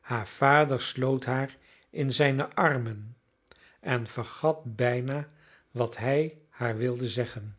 haar vader sloot haar in zijne armen en vergat bijna wat hij haar wilde zeggen